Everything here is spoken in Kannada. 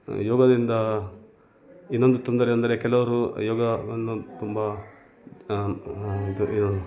ಯೋಗದಿಂದ ಇನ್ನೊಂದು ತೊಂದರೆ ಅಂದರೆ ಕೆಲವರು ಯೋಗ ಅನ್ನು ತುಂಬ ಇದು